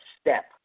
step